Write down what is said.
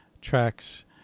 tracks